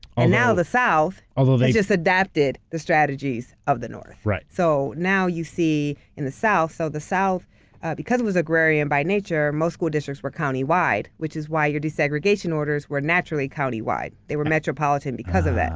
ah now the south, they just adapted the strategies of the north. so now you see in the south, so the south because it was agrarian by nature most school districts were county wide which is why your desegregation orders were naturally county wide. they were metropolitan because of that.